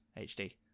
HD